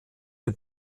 den